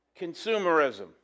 consumerism